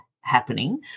happening